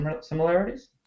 similarities